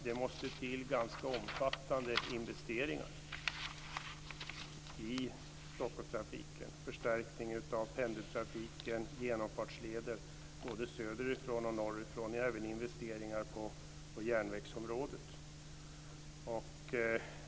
Det måste till ganska omfattande investeringar i Stockholmstrafiken. Det handlar om förstärkningar av pendeltrafiken, genomfartsleder både söderifrån och norrifrån och även investeringar på järnvägsområdet.